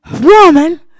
woman